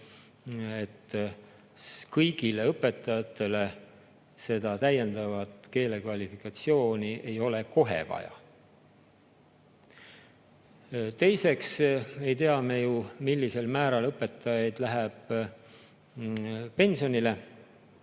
et kõigile õpetajatele seda täiendavat keelekvalifikatsiooni ei ole kohe vaja. Teiseks ei tea me ju, millisel määral õpetajaid läheb pensionile.